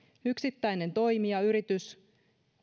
yksittäinen toimija yritys